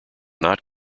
not